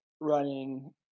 running